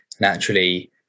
naturally